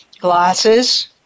glasses